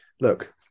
look